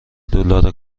دلار